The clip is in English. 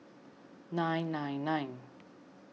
nine nine nine